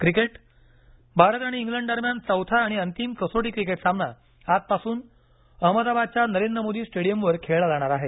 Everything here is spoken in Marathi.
क्रिकेट भारत आणि इंग्लंड दरम्यान चौथा आणि अंतिम कसोटी क्रिकेट सामना आजपासून अहमदाबादच्या नरेंद्र मोदी स्टेडियम वर खेळला जाणार आहे